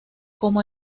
como